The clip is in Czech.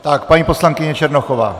Tak paní poslankyně Černochová.